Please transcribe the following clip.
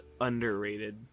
underrated